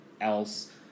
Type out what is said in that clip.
else